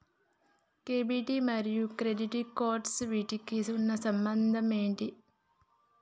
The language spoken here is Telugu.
డెబిట్ మరియు క్రెడిట్ కార్డ్స్ వీటికి ఉన్న సంబంధం ఏంటి?